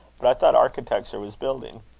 but i thought architecture was building.